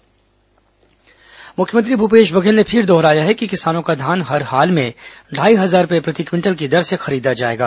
मुख्यमंत्री सम्मेलन मुख्यमंत्री भूपेश बघेल ने फिर दोहराया है कि किसानों का धान हर हाल में ढाई हजार रूपये प्रति क्विंटल की दर से खरीदा जाएगा